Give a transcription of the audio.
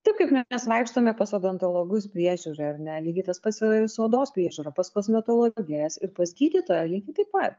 taip kaip mes vaikštome pas odontologus priežiūrai ar ne lygiai tas pats yra ir su odos priežiūra pas kosmetologes ir pas gydytoją lygiai taip pat